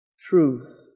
truth